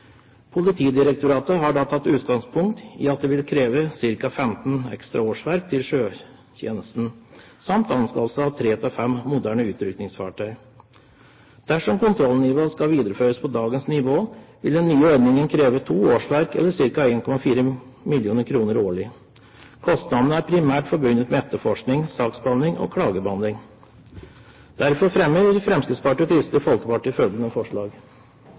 Politidirektoratet har da tatt utgangspunkt i at det vil kreve ca. 15 ekstra årsverk til sjøtjenesten samt anskaffelse av tre–fem moderne utrykningsfartøy. Dersom kontrollnivået skal videreføres på dagens nivå, vil den nye ordningen kreve to årsverk eller ca. 1,4 mill. kr årlig. Kostnadene er primært forbundet med etterforskning, saksbehandling og klagebehandling. Derfor fremmer Fremskrittspartiet og Kristelig Folkeparti følgende forslag: «Stortinget ber regjeringen komme tilbake med forslag om tilleggsbevilgninger til politiet som følge av